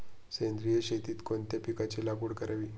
सेंद्रिय शेतीत कोणत्या पिकाची लागवड करावी?